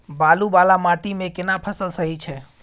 बालू वाला माटी मे केना फसल सही छै?